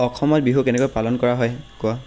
অসমত বিহু কেনেকৈ পালন কৰা হয় কোৱা